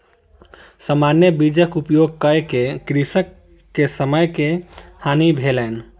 सामान्य बीजक उपयोग कअ के कृषक के समय के हानि भेलैन